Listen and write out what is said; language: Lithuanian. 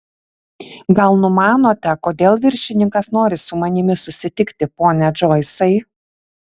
gal numanote kodėl viršininkas nori su manimi susitikti pone džoisai